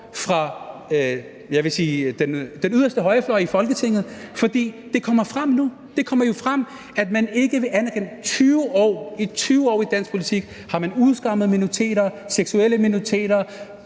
sige den yderste højrefløj i Folketinget, for det kommer jo frem nu, at man ikke vil anerkende, at man i 20 år i dansk politik har udskammet minoriteter, seksuelle minoriteter,